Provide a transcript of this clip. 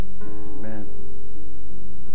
Amen